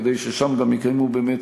כדי ששם גם יקיימו באמת